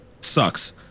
sucks